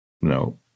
No